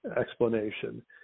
explanation